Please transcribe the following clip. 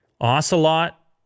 Ocelot